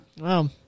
Wow